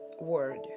word